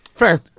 fair